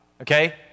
okay